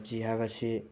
ꯄꯞꯖꯤ ꯍꯥꯏꯕꯁꯤ